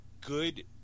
good